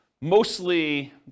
mostly